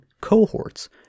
cohorts